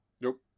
Nope